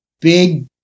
big